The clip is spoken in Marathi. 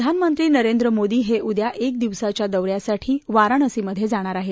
प्रधानमंत्री नरेंद्र मोदी हे उद्या एक दिवसाच्या दौऱ्यासाठी वाराणसीमध्ये जाणार आहेत